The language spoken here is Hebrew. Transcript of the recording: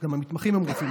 גם המתמחים עושים,